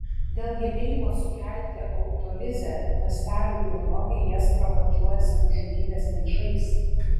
dėl gebėjimo sukelti autolizę ląstelių biologai jas pravardžiuoja savižudybės maišais